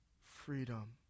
freedom